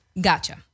Gotcha